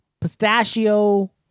pistachio